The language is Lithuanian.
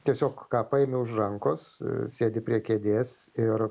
tiesiog ką paimi už rankos sėdi prie kėdės ir